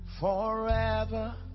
forever